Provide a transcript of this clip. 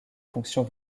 fonctions